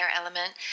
element